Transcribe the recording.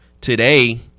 Today